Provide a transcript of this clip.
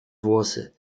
włosy